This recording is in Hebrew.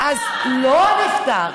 לא נפתר.